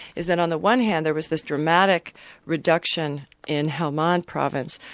is that on the one hand there was this dramatic reduction in helmand province,